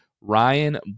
Ryan